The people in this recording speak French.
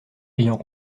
ayant